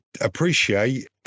appreciate